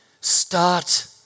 start